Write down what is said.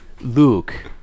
Luke